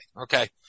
okay